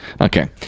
okay